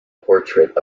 portrait